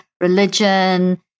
religion